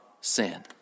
sin